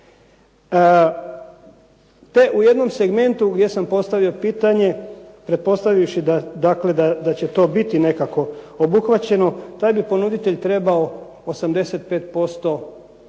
te u jednom segmentu gdje sam postavio pitanje pretpostavivši da će to biti nekako obuhvaćeno, taj bi ponuditelj trebao 85% radne